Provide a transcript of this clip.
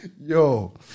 Yo